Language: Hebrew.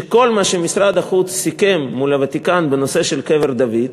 כל מה שמשרד החוץ סיכם מול הוותיקן בנושא של קבר דוד,